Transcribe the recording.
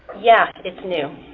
yeah. it's new